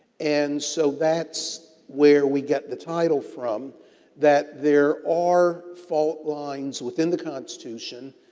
and so, that's where we get the title from that there are fault lines within the constitution,